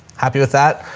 happy with that.